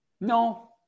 No